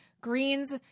Greens